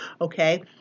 okay